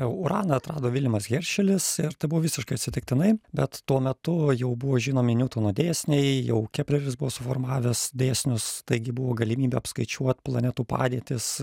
uraną atrado viljamas heršelis ir tai buvo visiškai atsitiktinai bet tuo metu jau buvo žinomi niutono dėsniai jau kepleris buvo suformavęs dėsnius taigi buvo galimybė apskaičiuot planetų padėtis